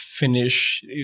Finish